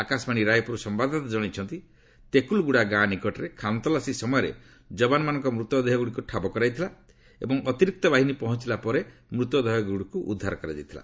ଆକାଶବାଣୀ ରାୟପୁର ସମ୍ଭାଦଦାତା ଜଣାଇଛନ୍ତି ତେକୁଲ୍ଗୁଡ଼ା ଗାଁ ନିକଟରେ ଖାନ୍ତଲାସୀ ସମୟରେ ଯବାନମାନଙ୍କ ମୃତଦେହଗୁଡ଼ିକ ଠାବ କରାଯାଇଥିଲା ଏବଂ ଅତିରିକ୍ତ ବାହିନୀ ପହଞ୍ଚଲା ପରେ ମୃତଦେହଗୁଡ଼ିକୁ ଉଦ୍ଧାର କରାଯାଇଥିଲା